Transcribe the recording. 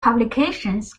publications